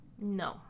No